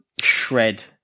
shred